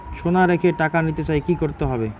সোনা রেখে টাকা নিতে চাই কি করতে হবে?